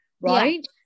right